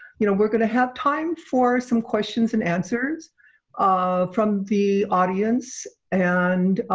you know we're gonna have time for some questions and answers um from the audience and